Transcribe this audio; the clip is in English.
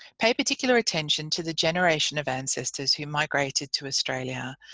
pay particular attention to the generation of ancestors who migrated to australia,